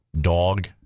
dog